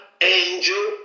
angel